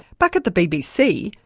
back at the bbc,